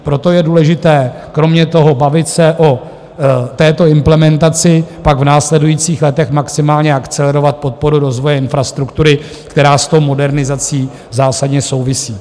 Proto je důležité kromě toho bavit se o této implementaci, pak v následujících letech maximálně akcelerovat podporu rozvoje infrastruktury, která s tou modernizací zásadně souvisí.